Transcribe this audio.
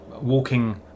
walking